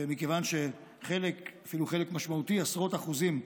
שמכיוון שחלק, אפילו חלק משמעותי, עשרות אחוזים,